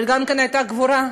אבל גם הייתה גבורה,